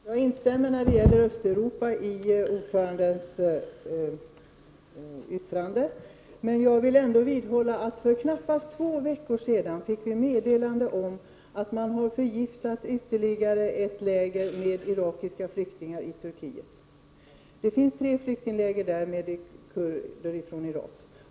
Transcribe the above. Herr talman! Jag instämmer i utskottsordförandens yttrande när det gäller Östeuropa. Men jag vill ändå vidhålla att vi för knappt två veckor sedan fick ett meddelande om att ytterligare ett läger med irakiska flyktingar i Turkiet hade förgiftats. Det finns tre flyktingläger där med kurder från Irak.